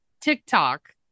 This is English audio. TikTok